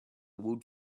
wood